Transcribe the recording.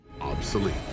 Obsolete